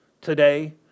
today